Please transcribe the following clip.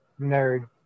nerd